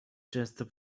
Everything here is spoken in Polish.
często